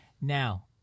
Now